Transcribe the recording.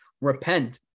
repent